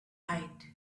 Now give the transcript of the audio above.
right